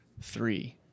three